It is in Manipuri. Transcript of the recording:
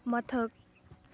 ꯃꯊꯛ